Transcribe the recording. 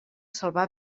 salvar